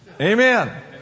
Amen